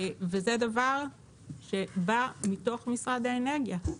זה דבר שבא מתוך משרד האנרגיה.